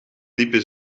liepen